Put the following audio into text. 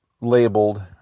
labeled